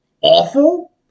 awful